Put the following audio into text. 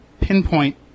pinpoint